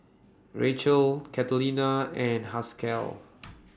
Rachael Catalina and Haskell